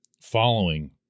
following